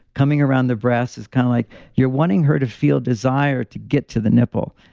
coming around the breasts, it's kind of like you're wanting her to feel desire to get to the nipple,